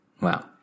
Wow